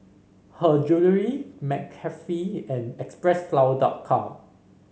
Her Jewellery McCafe and Xpressflower dot com